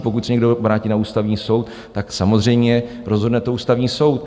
Pokud se někdo obrátí na Ústavní soud, samozřejmě rozhodne to Ústavní soud.